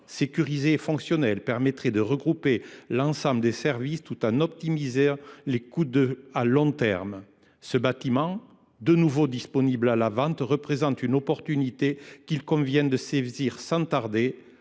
sécurisé et fonctionnel permettrait de regrouper l’ensemble des services, tout en optimisant les coûts à long terme. Ce bâtiment, de nouveau disponible à la vente, représente une opportunité qu’il convient de saisir sans tarder.